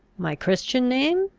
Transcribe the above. my christian name?